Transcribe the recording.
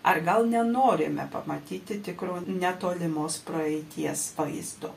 ar gal nenorime pamatyti tikro netolimos praeities vaizdo